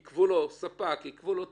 לספק עיכבו את התשלום,